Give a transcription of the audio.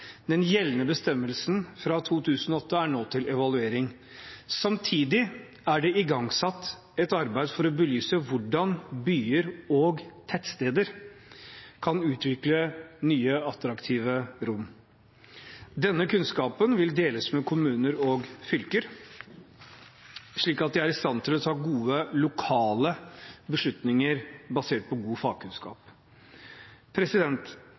Den gjeldende bestemmelsen fra 2008 er nå til evaluering. Samtidig er det igangsatt et arbeid for å belyse hvordan byer og tettsteder kan utvikle nye, attraktive rom. Denne kunnskapen vil deles med kommuner og fylker, slik at de er i stand til å ta gode lokale beslutninger basert på god